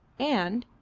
and,